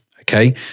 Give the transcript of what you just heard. okay